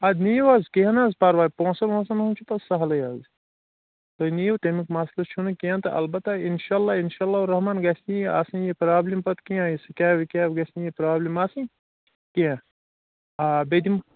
اَدٕ نِیِو حظ کیٚنٛہہ نہٕ حظ پَرواے پونٛسَن وونٛسَن ہُنٛد چھُ پَتہٕ سہلٕے حظ تُہۍ نِیِو تَمیُک مَسلہٕ چھُنہٕ کیٚنٛہہ تہٕ البتہ اِنشاء اللہ اِنشاء اللہُ رحمان گژھِ نہٕ یہِ آسٕنۍ یہِ پرٛابلِم پَتہٕ کیٚنٛہہ یہِ سِکیب وِکیب گژھِ نہٕ یہِ پرٛابلِم آسٕنۍ کیٚنٛہہ آ بیٚیہِ دِمہٕ